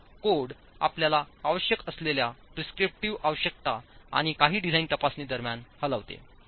तर कोड आपल्याला आवश्यक असलेल्या प्रिस्क्रिप्टिव्ह आवश्यकता आणि काही डिझाइन तपासणी दरम्यान हलवते